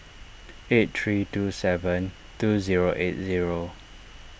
eight three two seven two zero eight zero